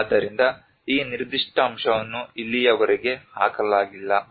ಆದ್ದರಿಂದ ಈ ನಿರ್ದಿಷ್ಟ ಅಂಶವನ್ನು ಇಲ್ಲಿಯವರೆಗೆ ಹಾಕಲಾಗಿಲ್ಲ